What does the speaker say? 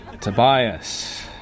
Tobias